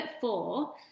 four